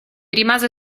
rimase